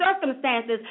circumstances